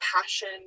passion